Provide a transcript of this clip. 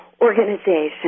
organization